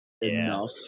enough